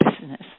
business